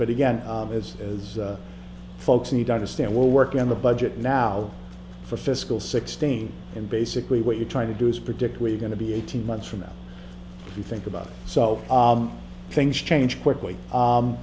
but again as is folks need to understand we're working on the budget now for fiscal sixteen and basically what you're trying to do is predict where you're going to be eighteen months from now you think about it so things change quickly